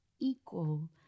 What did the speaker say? equal